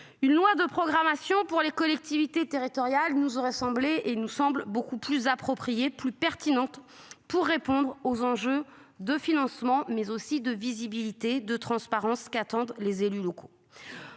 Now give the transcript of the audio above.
Une loi de programmation pour les collectivités territoriales nous aurait semblé et il nous semble beaucoup plus approprié plus pertinente pour répondre aux enjeux de financement mais aussi de visibilité de transparence qu'attendent les élus locaux.